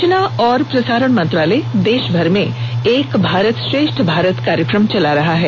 सूचना और प्रसारण मंत्रालय देशभर में एक भारत श्रेष्ठ भारत कार्यक्रम चला रहा है